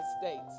States